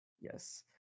Yes